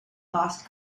lost